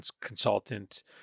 consultant